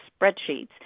spreadsheets